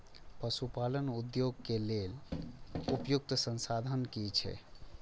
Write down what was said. पशु पालन उद्योग के लेल उपयुक्त संसाधन की छै?